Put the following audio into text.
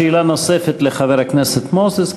שאלה נוספת לחבר הכנסת מוזס.